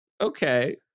Okay